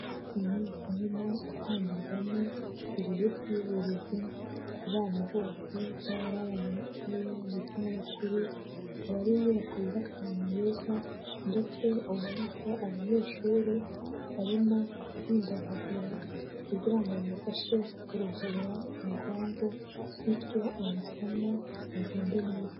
Inyubako nini itangirwamo serivisi y'uburezi ku bana bose, yaba ari abana batoya, ndetse n'abakuru, ikaba ari inyubako yubatse ahantu heza, ndetse ubona ko abanyeshuri barimo kwidagadura kugira ngo bibafashe kuruhura ubwonko, bityo amasomo agende neza.